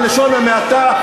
בלשון המעטה,